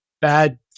bad